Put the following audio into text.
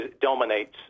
dominates